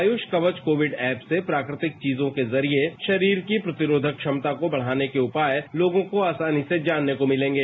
Ayush Kavach covid app से प्राकृतिक चीजों के जरिए शरीर की प्रतिरोधक क्षमता को बढ़ाने के उपाय लोगों को आसानी से जानने को मिलेंगे